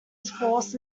forces